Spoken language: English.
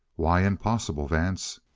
why impossible, vance?